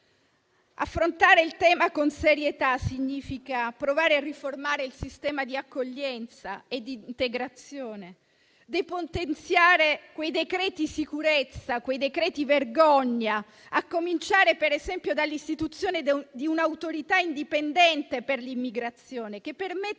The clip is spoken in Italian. Affrontare il tema con serietà significa provare a riformare il sistema di accoglienza e di integrazione; depotenziare quei decreti-legge sicurezza, quei provvedimenti vergogna, a cominciare per esempio dall'istituzione di un'autorità indipendente per l'immigrazione, che permetta